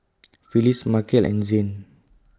Phyllis Markel and Zane